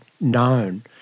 known